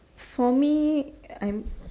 for me I am like